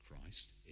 Christ